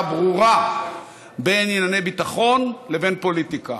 ברורה בין ענייני ביטחון לבין פוליטיקה.